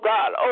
God